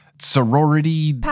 Sorority